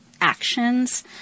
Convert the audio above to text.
actions